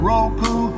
Roku